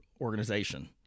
organization